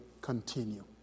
continue